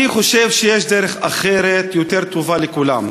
אני חושב שיש דרך אחרת, יותר טובה לכולם.